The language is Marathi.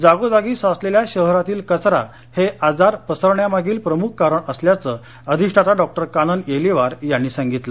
जागोजागी साचलेला शहरातील कचरा हे आजार पसरण्यामागील प्रमुख कारण असल्याचं अधिष्ठाता डॉक्टर कानन येलीवार यांनी सांगितलं